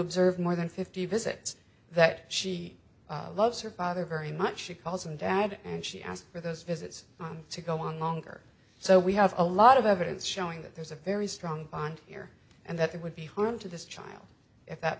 observed more than fifty visits that she loves her father very much she calls him dad and she asked for those visits to go on longer so we have a lot of evidence showing that there's a very strong bond here and that there would be harm to this child if that